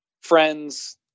friends